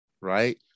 right